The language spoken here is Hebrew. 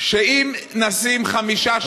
שאם נשים חמישה שלטים,